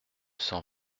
cent